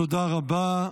תודה רבה.